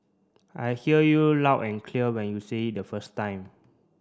I hear you loud and clear when you say it the first time